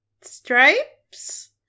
stripes